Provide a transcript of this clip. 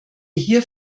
hier